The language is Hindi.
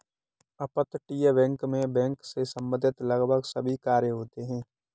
अपतटीय बैंक मैं बैंक से संबंधित लगभग सभी कार्य होते हैं